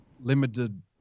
limited